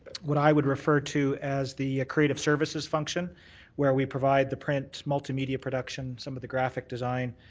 what i would refer to as the creative services function where we provide the print, multimedia production, some of the graphic design.